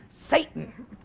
Satan